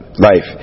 life